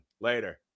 Later